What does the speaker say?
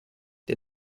der